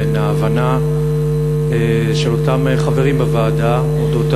בין ההבנה של אותם חברים בוועדה על אודות